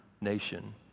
nation